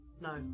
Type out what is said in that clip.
no